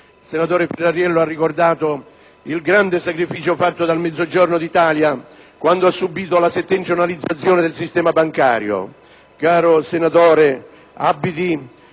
Il senatore Firrarello poi ha ricordato il grande sacrificio compiuto dal Mezzogiorno d'Italia quando ha subito la settentrionalizzazione del sistema bancario. Caro senatore, esprimo